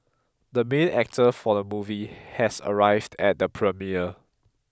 the main actor for the movie has arrived at the premiere